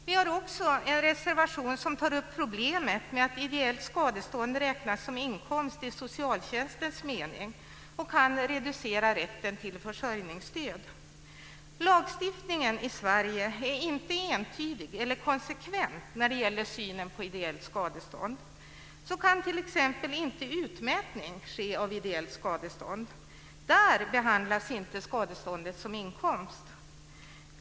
Vi har också en reservation som tar upp problemet med att ideellt skadestånd räknas som inkomst i socialtjänstens mening och kan reducera rätten till försörjningsstöd. Lagstiftningen i Sverige är inte entydig eller konsekvent när det gäller synen på ideellt skadestånd. Utmätning av ideellt skadestånd kan t.ex. inte ske. Där behandlas inte skadeståndet som inkomst.